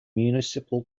municipal